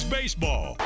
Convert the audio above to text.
baseball